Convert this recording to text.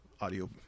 audio